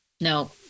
No